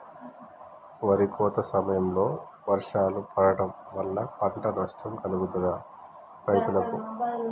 వరి కోత సమయంలో వర్షాలు పడటం వల్ల పంట నష్టం కలుగుతదా రైతులకు?